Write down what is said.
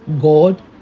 god